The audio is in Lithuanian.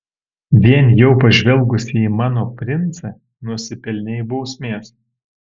vien jau pažvelgusi į mano princą nusipelnei bausmės